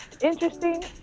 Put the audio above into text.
interesting